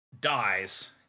dies